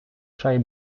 чай